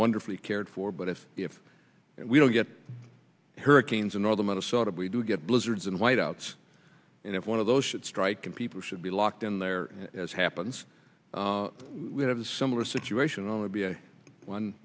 wonderfully cared for but if we don't get hurricanes in northern minnesota we've we get blizzards and white outs and if one of those should strike and people should be locked in there as happens we have a similar situation would be